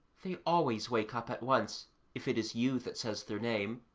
they always wake up at once if it is you that says their name.